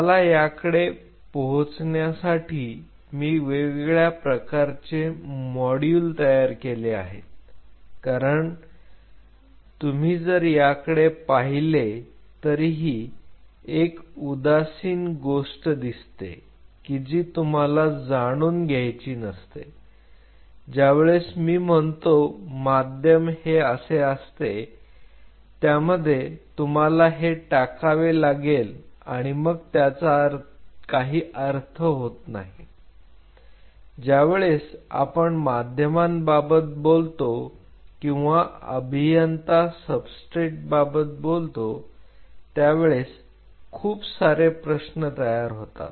मला याकडे पोहोचण्यासाठी मी वेगवेगळ्या प्रकारचे मॉड्यूल तयार केले आहेत कारण पण तुम्ही जर याकडे पाहिले तरीही एक उदासीन गोष्ट दिसते कि जी तुम्हाला जाणून घ्यायची नसते ज्यावेळेस मी म्हणतो माध्यम हे असे असते त्यामध्ये तुम्हाला हे टाकावे लागेल आणि मग त्याचा काही अर्थ होत नाही ज्यावेळेस आपण माध्यमाबाबत बोलतो किंवा अभियंता सबस्ट्रेटबाबत बोलतो त्यावेळेस खूप सारे प्रश्न तयार होतात